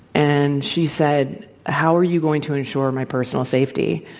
and she said, how are you going to ensure my personal safety?